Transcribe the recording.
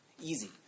Easy